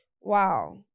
wow